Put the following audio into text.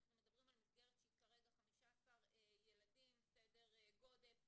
אנחנו מדברים על מסגרת שהיא כרגע סדר גודל של 15 ילדים,